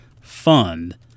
fund